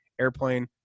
Airplane